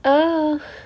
oo